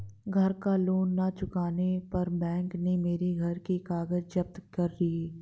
घर का लोन ना चुकाने पर बैंक ने मेरे घर के कागज जप्त कर लिए